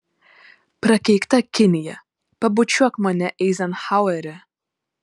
prakeikta kinija pabučiuok mane eizenhaueri